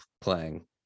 playing